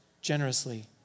generously